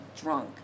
drunk